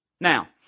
Now